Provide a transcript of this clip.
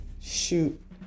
shoot